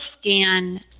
scan